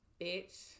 bitch